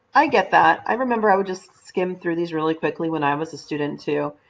i get that. i remember i would just skim through these really quickly when i was a student too.